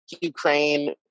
Ukraine